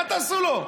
מה תעשו לו?